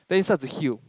then it starts to heal